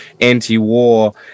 anti-war